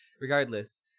regardless